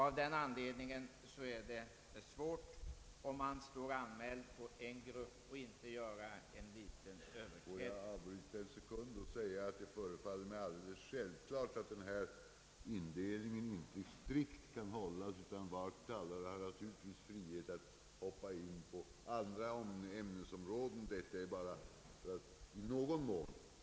Av den anledningen är det svårt att inte överträda herr talmannens rekommendation.